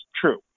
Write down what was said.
true